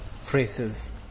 phrases